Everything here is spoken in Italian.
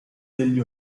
degli